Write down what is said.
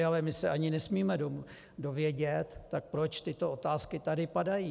Ale my se ani nesmíme dovědět, tak proč tyto otázky tady padají?